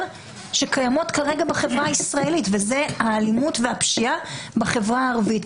שקיימות כרגע בחברה הישראלית וזאת האלימות והפשיעה בחברה הערבית.